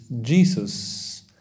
Jesus